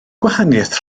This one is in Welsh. gwahaniaeth